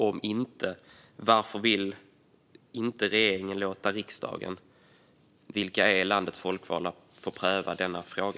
Om inte, varför vill inte regeringen låta riksdagen, som är landets folkvalda, pröva denna fråga?